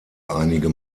einige